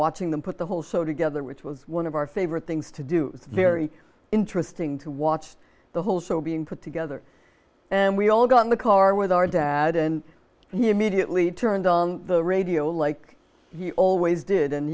watching them put the whole show together which was one of our favorite things to do it's very interesting to watch the whole show being put together and we all got in the car with our dad and he immediately turned on the radio like he always did and